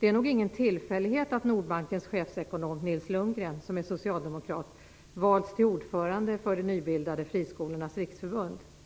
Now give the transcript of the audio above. Det är nog ingen tillfällighet att Nordbankens chefekonom Nils Lundgren, som är socialdemokrat, valts till ordförande för det nybildade Å friskolornas vägnar - de som